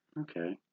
Okay